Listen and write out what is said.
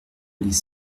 les